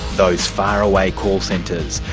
those faraway call centres,